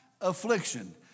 affliction